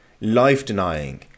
life-denying